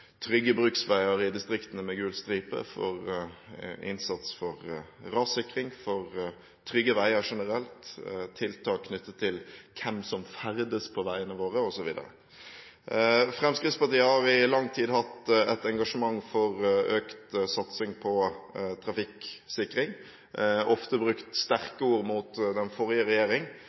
rassikring, trygge veier generelt, tiltak knyttet til hvem som ferdes på veiene våre, osv. Fremskrittspartiet har i lang tid hatt et engasjement for økt satsing på trafikksikring og brukte ofte sterke ord mot den forrige